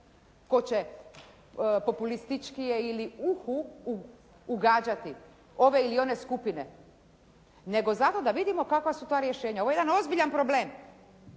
tko će populističkije ili uhu ugađati, ove ili one skupine, nego zato da vidimo kakva su ta rješenja. Ovo je jedan ozbiljan problem.